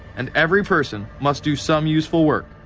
and every person must do some useful work.